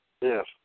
Yes